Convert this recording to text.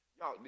y'all